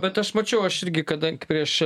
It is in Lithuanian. bet aš mačiau aš irgi kadang prieš